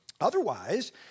Otherwise